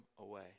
away